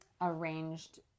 arranged